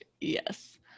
Yes